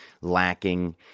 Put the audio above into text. lacking